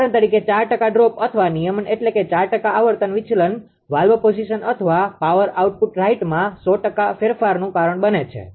ઉદાહરણ તરીકે 4 ટકા ડ્રોપ અથવા નિયમન એટલે કે 4 ટકા આવર્તન વિચલન વાલ્વ પોઝિશન અથવા પાવર આઉટપુટ રાઇટમાં 100 ટકા ફેરફારનું કારણ બને છે